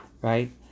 right